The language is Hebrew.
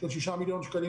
של 6 מיליון שקל,